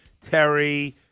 Terry